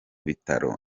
bitaro